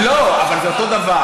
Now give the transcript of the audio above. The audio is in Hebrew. לא, אבל זה אותו דבר.